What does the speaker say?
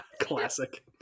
Classic